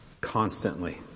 constantly